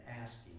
asking